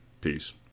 Peace